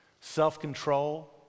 self-control